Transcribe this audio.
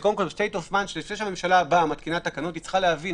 זה קודם כל state of mind לפני שהממשלה מתקינה תקנות היא צריכה להבין,